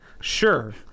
Sure